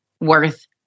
worth